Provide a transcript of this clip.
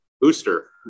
booster